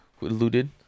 looted